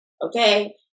Okay